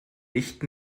nicht